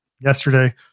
yesterday